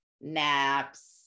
naps